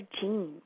jeans